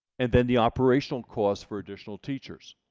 and then the operational costs for additional teachers.